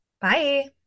bye